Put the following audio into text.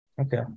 okay